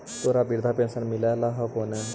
तोहरा वृद्धा पेंशन मिलहको ने?